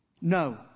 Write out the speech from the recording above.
No